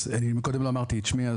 קודם לא אמרתי את שמי.